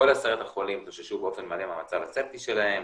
כל עשרת החולים התאוששו באופן מלא מהמצב הספטי שלהם,